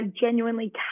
genuinely